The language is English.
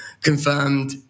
confirmed